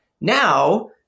Now